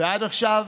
ועד עכשיו